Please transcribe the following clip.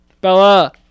Bella